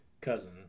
cousin